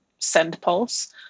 SendPulse